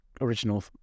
original